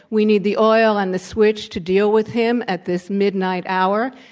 we need the oil and the switch to deal with him at this midnight hour.